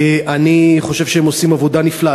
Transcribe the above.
אני חושב שהם עושים עבודה נפלאה.